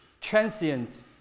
transient